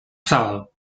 sábado